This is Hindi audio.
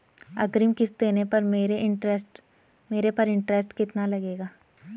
अग्रिम किश्त देने पर मेरे पर इंट्रेस्ट कितना लगेगा?